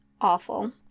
Awful